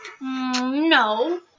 No